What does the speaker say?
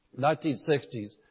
1960s